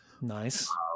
Nice